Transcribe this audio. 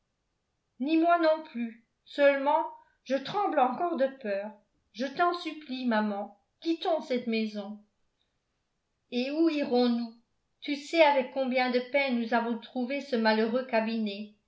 ni moi non plus seulement je tremble encore de peur je t'en supplie maman quittons cette maison et où irons-nous tu sais avec combien de peine nous avons trouvé ce malheureux cabinet